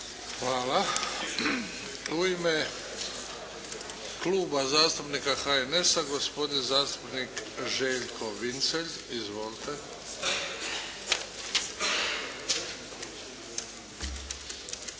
Hvala. U ime Kluba zastupnika HNS-a gospodin zastupnik Željko Vincelj. Izvolite.